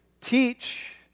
teach